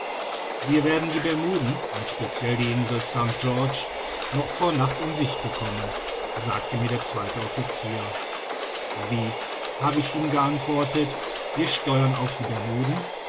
wir werden die bermuden und speciell die insel st georg noch vor nacht in sicht bekommen sagte mir der zweite officier wie habe ich ihm geantwortet wir steuern auf die bermuden